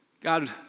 God